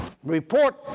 Report